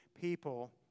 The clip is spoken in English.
people